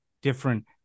different